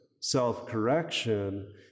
self-correction